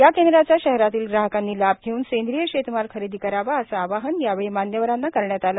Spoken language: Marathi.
या केंद्राचा शहरातील ग्राहकांनी लाभ घेव्न सेंद्रिय शेतमाल खरेदी करावा असे आवाहन यावेळी मान्यवरांकडून करण्यात आले